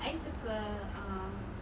I suka um